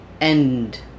end